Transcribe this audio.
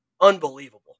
unbelievable